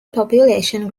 population